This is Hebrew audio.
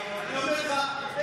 אני אומר לך,